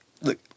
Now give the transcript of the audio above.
Look